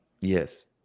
yes